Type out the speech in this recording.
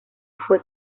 fue